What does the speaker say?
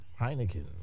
Heineken